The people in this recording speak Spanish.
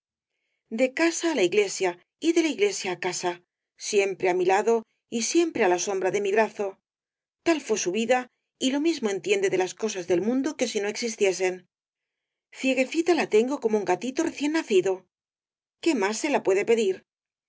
de casa á la el caballero de las botas azules iglesia y de la iglesia á casa siempre á mi lado y siempre á la sombra de mi brazo tal fué su vida y lo mismo entiende de las cosas del mundo que si no existiesen cieguecita la tengo como un gatito recién nacido qué más se la puede pedir